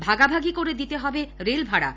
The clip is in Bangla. ভাগাভাগি করে দিতে হবে রেলভাড়া